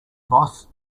boss